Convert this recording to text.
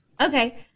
Okay